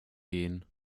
gehen